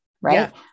right